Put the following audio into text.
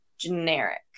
generic